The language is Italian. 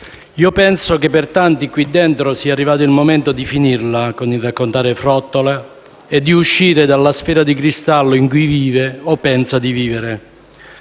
penso che per tanti qui dentro sia arrivato il momento di finirla di raccontare frottole e di uscire dalla sfera di cristallo in cui vivono o pensano di vivere.